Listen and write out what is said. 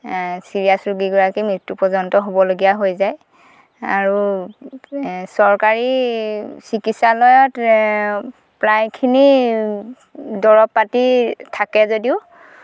serious ৰোগীগৰাকী মৃত্যু পৰ্যন্ত হ'বলগীয়া হৈ যায় আৰু চৰকাৰী চিকিৎসালয়ত প্ৰায়খিনি দৰৱ পাতি থাকে যদিও